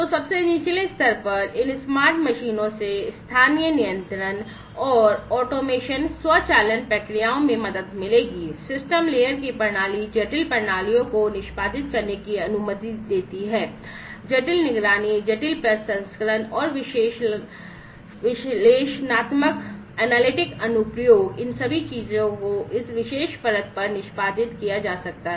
तो सबसे निचले स्तर पर इन स्मार्ट मशीनों से स्थानीय नियंत्रण और स्वचालन अनुप्रयोग इन सभी चीजों को इस विशेष परत पर निष्पादित किया जा सकता है